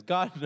God